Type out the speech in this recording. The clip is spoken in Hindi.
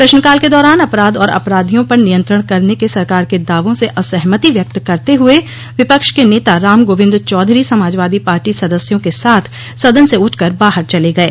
प्रश्नकाल के दौरान अपराध और अपराधियों पर नियंत्रण करने के सरकार के दावों से असहमति व्यक्त करते हुए विपक्ष के नेता राम गोविन्द चौधरी समाजवादी पार्टी सदस्यों के साथ सदन से उठ कर बाहर चले गये